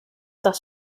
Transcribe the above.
das